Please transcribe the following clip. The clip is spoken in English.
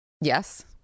yes